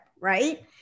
Right